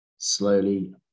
slowly